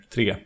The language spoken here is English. Tre